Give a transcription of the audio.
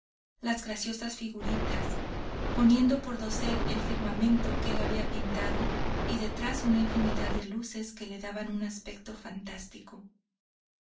las graciosas figuritas poniendo por dosel el firmamento que él había pintado y detrás una infinidad de luces que le daban un aspecto fantástico